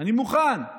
אני מוכן,